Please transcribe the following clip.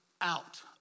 out